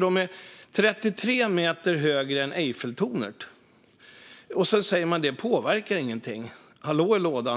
De är 33 meter högre än Eiffeltornet. Det sägs om dem att de inte påverkar någonting. Hallå i lådan!